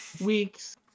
week's